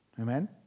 Amen